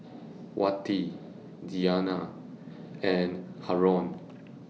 Wati Dayana and Haron